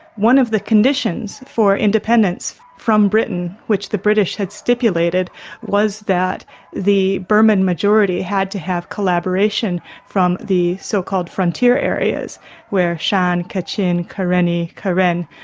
one of the conditions for independence from britain which the british had stipulated was that the burman majority had to have collaboration from the so-called frontier areas where shan, kachin, karenni, karen,